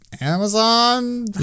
Amazon